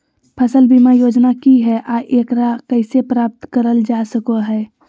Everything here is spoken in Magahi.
फसल बीमा योजना की हय आ एकरा कैसे प्राप्त करल जा सकों हय?